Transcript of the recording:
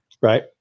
Right